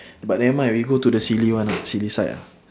but nevermind we go to the silly one ah silly side ah